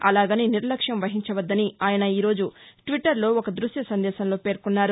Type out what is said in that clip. అలాగని నిర్లక్ష్టం వహించవద్దని ఆయన ఈరోజు ట్విట్లర్లో ఒక దృశ్య సందేశంలో పేర్కొన్నారు